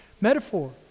metaphor